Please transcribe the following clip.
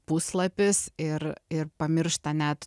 puslapis ir ir pamiršta net